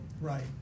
Right